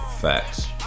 Facts